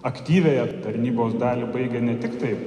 aktyviąją tarnybos dalį baigė ne tiktai